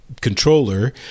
controller